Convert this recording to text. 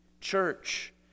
church